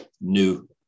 new